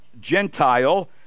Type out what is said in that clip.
Gentile